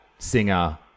Singer